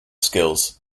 skills